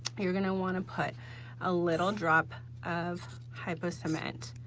you're gonna want to put a little drop of hypo cement